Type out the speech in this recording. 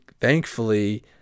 thankfully